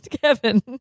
Kevin